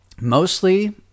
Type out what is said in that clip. mostly